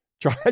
try